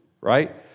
right